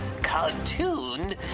cartoon